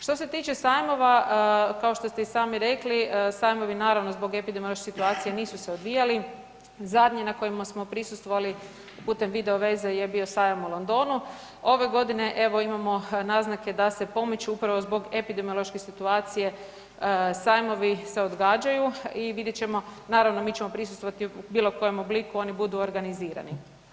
Što se tiče sajmova, kao što ste i sami rekli, sajmovi naravno zbog epidemiološke situacije nisu se odvijali, zadnje na kojima smo prisustvovali putem video veze je bio sajam u Londonu, ove godine evo imamo naznake da se pomiču upravo zbog epidemiološke situacije sajmovi se odgađaju i vidjet ćemo naravno, mi ćemo prisustvovati u bilokojem obliku, oni budu organizirani.